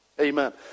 Amen